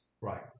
Right